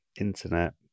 internet